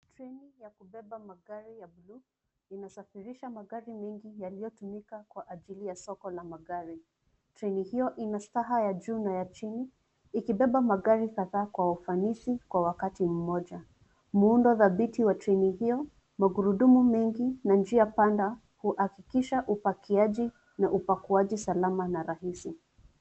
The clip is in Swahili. Treni ya kubeba magari ya buluu inasafirisha magari mengi yaliyotumika kwa ajili ya soko la magari. Treni hiyo ina staha ya juu na ya chini ikibeba magari kadhaa kwa ufanisi kwa wakati mmoja. Muundo dhabiti wa treni hiyo, magurudumu mengi na njia panda huhakikisha upakiaji na upakuaji salama na rahisi.